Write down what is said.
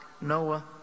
Noah